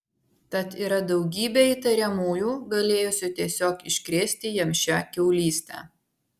tad yra daugybė įtariamųjų galėjusių tiesiog iškrėsti jam šią kiaulystę